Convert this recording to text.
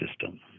system